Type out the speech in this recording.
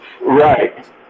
Right